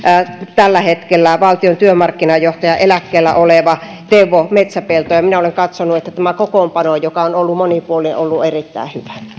tällä hetkellä valtion työmarkkinajohtaja eläkkeellä oleva teuvo metsäpelto minä olen katsonut että tämä kokoonpano joka on ollut monipuolinen on ollut erittäin